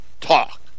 talk